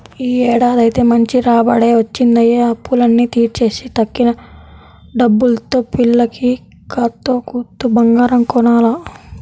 యీ ఏడాదైతే మంచి రాబడే వచ్చిందయ్య, అప్పులన్నీ తీర్చేసి తక్కిన డబ్బుల్తో పిల్లకి కాత్తో కూత్తో బంగారం కొనాల